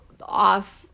off